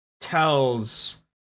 tells